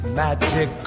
magic